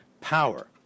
power